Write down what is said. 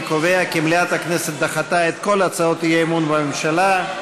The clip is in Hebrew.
אני קובע כי מליאת הכנסת דחתה את כל הצעות האי-אמון בממשלה.